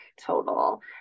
total